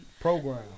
Program